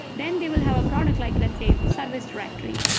then they will have a product like let's say service directory.